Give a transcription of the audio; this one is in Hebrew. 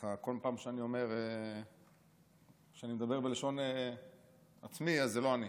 בכל פעם שאני מדבר בלשון עצמי, זה לא אני,